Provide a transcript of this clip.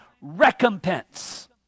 recompense